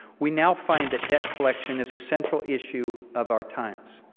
we now find that debt collection is a central issue of our times.